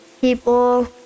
people